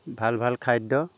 ভাল ভাল খাদ্য